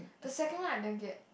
the second one I didn't get